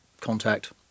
contact